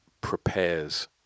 prepares